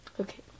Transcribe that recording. Okay